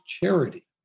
charity